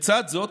לצד זאת,